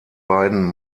beiden